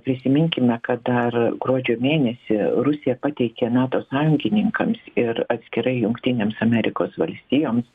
prisiminkime kad dar gruodžio mėnesį rusija pateikė nato sąjungininkams ir atskirai jungtinėms amerikos valstijoms